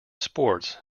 sports